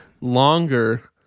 longer